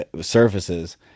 surfaces